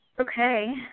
Okay